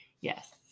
Yes